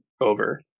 over